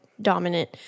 dominant